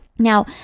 Now